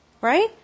Right